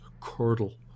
curdle